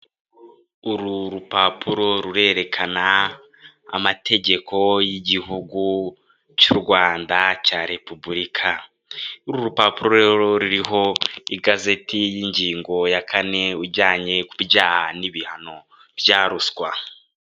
Uru rupapuro rurerekana amategeko y'igihugu cy'u Rwanda cya repubulika, uru rupapuro ruriho igazeti y'ingingo ya kane ujyanye kubyaha n'ibihano bya ruswa.